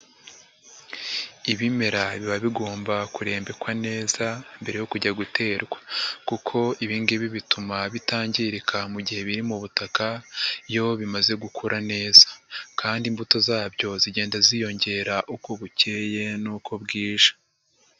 Ibimera biba bigomba kurembekwa neza mbere yo kujya guterwa kuko ibi ngibi bituma bitangirika mu gihe biri mu butaka, iyo bimaze gukura neza. Kandi imbuto zabyo zigenda ziyongera uko bukeye nuko bwije.